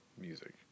music